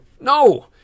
No